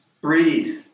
breathe